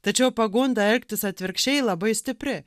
tačiau pagunda elgtis atvirkščiai labai stipri